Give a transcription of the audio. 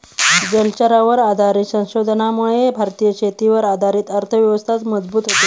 जलचरांवर आधारित संशोधनामुळे भारतीय शेतीवर आधारित अर्थव्यवस्था मजबूत होते